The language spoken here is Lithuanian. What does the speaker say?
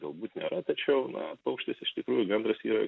galbūt nėra tačiau na paukštis iš tikrųjų gandras yra